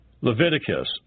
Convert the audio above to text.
Leviticus